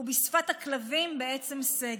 ובשפת הכלבים, בעצם סגר.